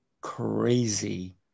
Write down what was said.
crazy